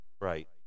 right